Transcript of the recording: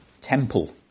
Temple